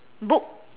book